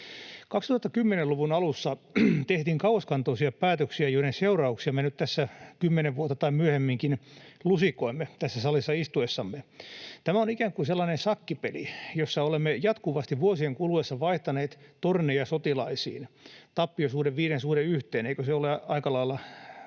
2010-luvun alussa tehtiin kauaskantoisia päätöksiä, joiden seurauksia me nyt tässä kymmenen vuotta myöhemmin tai ylikin lusikoimme tässä salissa istuessamme. Tämä on ikään kuin sellainen šakkipeli, jossa olemme jatkuvasti vuosien kuluessa vaihtaneet torneja sotilaisiin, tappiosuhde viiden suhde yhteen — eikö se ole aika lailla